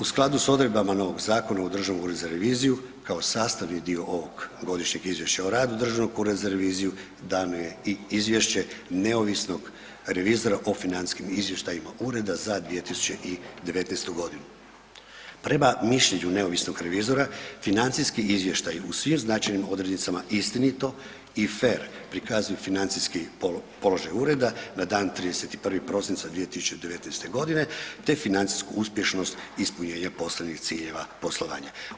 U skladu s odredbama novog zakona u Državnom uredu za reviziju kao sastavni dio ovog godišnjeg izvješća o radu Državnog ureda za reviziju, dano je i izvješće neovisnog revizora o financijskim izvještajima ureda za 2019. g. Prema mišljenju neovisnog revizora, financijski izvještaj u svim značajnim odrednicama istinito i fer prikazuju financijski položaj Ureda na dan 31. prosinca 2019. te financijsku uspješnost ispunjenja poslovnih ciljeva poslovanja.